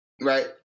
right